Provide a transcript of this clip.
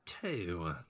two